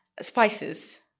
spices